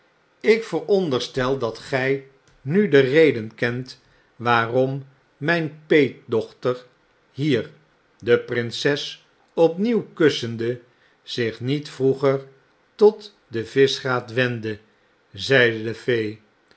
ik veronderstel dat gtj nu de reden kent waarom myn peetdochter hier de prinses op nieuw kussende zich niet vroeger tot de vischgraat wendde zeide